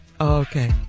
okay